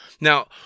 Now –